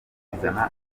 ukizana